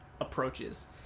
Approaches